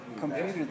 computer